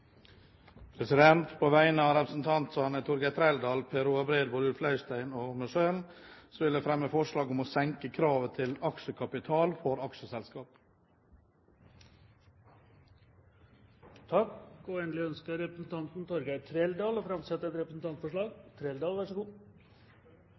På vegne av representantene Torgeir Trældal, Per Roar Bredvold, Ulf Leirstein og meg selv vil jeg fremme forslag om å senke kravet til aksjekapital for aksjeselskaper. Og endelig ønsker representanten Torgeir Trældal å framsette et representantforslag.